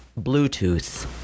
Bluetooth